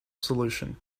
solution